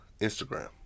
Instagram